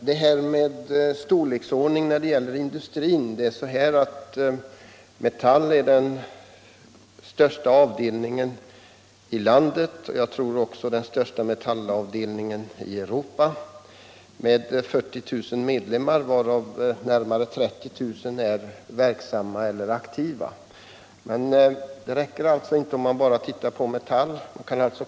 Herr talman! Med storleksordningen när det gäller industrin förhåller det sig så, att Metall i Göteborg är den största avdelningen i landet och jag tror också den största metallavdelningen i Europa, med 40 000 medlemmar, varav närmare 30 000 är verksamma. Men det räcker alltså inte att bara se på Metall.